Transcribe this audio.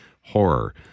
horror